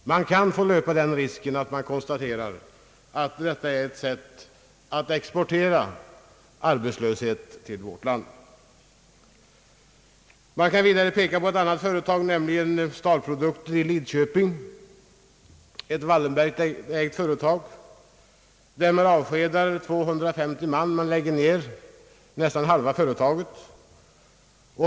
Man kan få löpa den risken att man konstaterar att detta är ett sätt att exportera arbetslöshet till vårt land. Man kan vidare peka på ett annat företag, nämligen AB STAR-produkter i Lidköping, ett Wallenbergsägt företag, där man lägger ned halva företaget och avskedar 250 man.